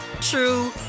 true